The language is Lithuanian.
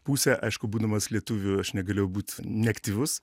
pusę aišku būdamas lietuviu aš negalėjau būt neaktyvus